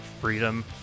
freedom